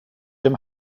him